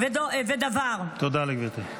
תודה לגברתי.